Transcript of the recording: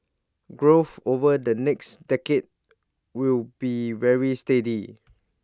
growth over the next decade will be very steady